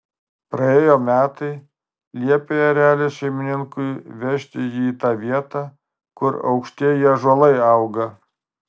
praėjo metai liepė erelis šeimininkui vežti jį į tą vietą kur aukštieji ąžuolai auga